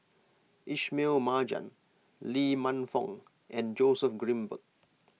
Ismail Marjan Lee Man Fong and Joseph Grimberg